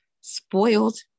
spoiled